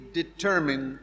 determine